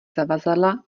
zavazadla